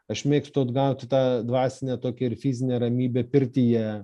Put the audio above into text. aš mėgstu atgauti tą dvasinę tokią ir fizinę ramybę pirtyje